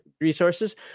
resources